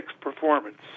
performance